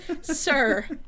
sir